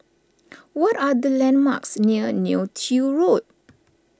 what are the landmarks near Neo Tiew Road